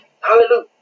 hallelujah